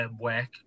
work